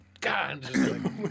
God